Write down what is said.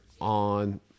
on